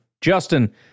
Justin